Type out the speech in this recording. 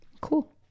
Cool